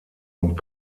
und